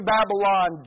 Babylon